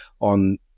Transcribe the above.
on